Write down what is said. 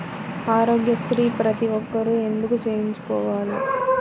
ఆరోగ్యశ్రీ ప్రతి ఒక్కరూ ఎందుకు చేయించుకోవాలి?